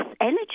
energy